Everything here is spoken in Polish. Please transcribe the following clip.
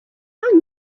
poszła